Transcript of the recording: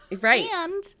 right